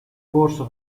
corso